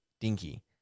dinky